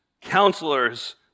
counselors